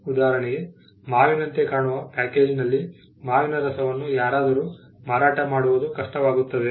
ಉದಾಹರಣೆಗೆ ಮಾವಿನಂತೆ ಕಾಣುವ ಪ್ಯಾಕೇಜ್ನಲ್ಲಿ ಮಾವಿನ ರಸವನ್ನು ಯಾರಾದರೂ ಮಾರಾಟ ಮಾಡುವುದು ಕಷ್ಟವಾಗುತ್ತದೆ